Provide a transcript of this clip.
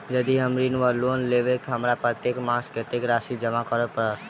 यदि हम ऋण वा लोन लेबै तऽ हमरा प्रत्येक मास कत्तेक राशि जमा करऽ पड़त?